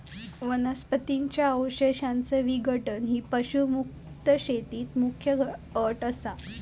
वनस्पतीं च्या अवशेषांचा विघटन ही पशुमुक्त शेतीत मुख्य अट असा